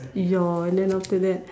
ya and then after that